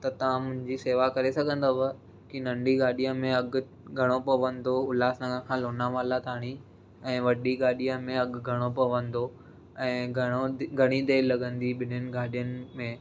त तव्हां मुंहिंजी सेवा करे सघंदव कि नंढी गाॾीअ में अघु घणो पवंदो उल्हास नगर खां लोनावला ताईं ऐं वॾी गाॾीअ में अघु घणो पवंदो ऐं घणो ऐं घणी देरि लॻंदी ॿिन्हिनि गाॾियुनि में